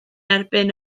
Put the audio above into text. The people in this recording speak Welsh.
erbyn